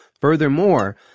Furthermore